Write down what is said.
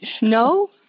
No